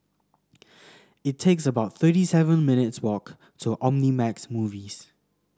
it takes about thirty seven minutes' walk to Omnimax Movies